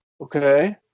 Okay